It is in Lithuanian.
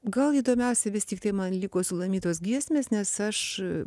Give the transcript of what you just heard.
gal įdomiausi vis tiktai man liko sulamitos giesmės nes aš